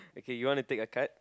okay you wanna take a card